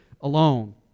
alone